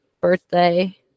birthday